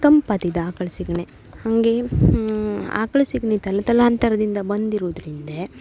ತಂಪಾದಿದ ಆಕಳ ಸೆಗ್ಣೆ ಹಾಗೆ ಅಕಳ ಸೆಗ್ಣಿ ತಲೆ ತಲಾಂತರದಿಂದ ಬಂದಿರುದ್ರಿಂದ